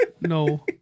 No